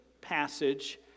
passage